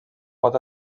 pot